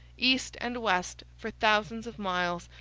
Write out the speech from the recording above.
east and west for thousands of miles,